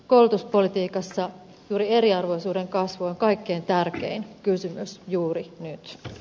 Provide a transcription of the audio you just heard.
koulutuspolitiikassa juuri eriarvoisuuden kasvu on kaikkein tärkein kysymys juuri nyt